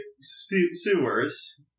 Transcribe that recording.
sewers